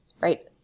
Right